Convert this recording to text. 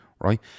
right